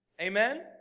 Amen